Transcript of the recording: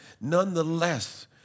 nonetheless